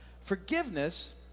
Forgiveness